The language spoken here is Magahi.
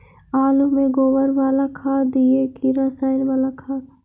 आलु में गोबर बाला खाद दियै कि रसायन बाला खाद?